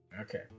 Okay